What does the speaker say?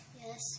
Yes